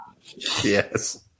Yes